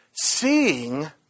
Seeing